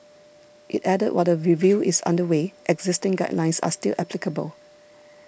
it added that while the review is under way existing guidelines are still applicable